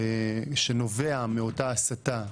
שנובע מאותה הסתה,